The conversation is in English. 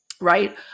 right